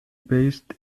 based